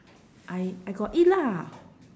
I I got eat lah